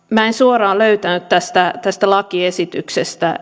minä en suoraan löytänyt tästä tästä lakiesityksestä